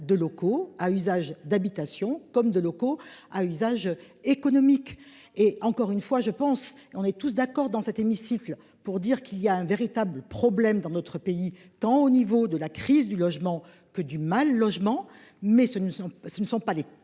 de locaux à usage d'habitation comme de locaux à usage économique et encore une fois je pense. On est tous d'accord, dans cet hémicycle pour dire qu'il y a un véritable problème dans notre pays quand au niveau de la crise du logement que du mal logement. Mais ce ne sont, ce